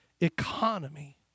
economy